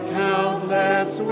countless